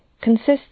consists